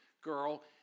girl